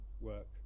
work